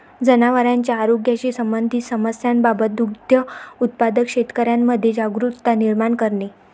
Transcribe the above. जनावरांच्या आरोग्याशी संबंधित समस्यांबाबत दुग्ध उत्पादक शेतकऱ्यांमध्ये जागरुकता निर्माण करणे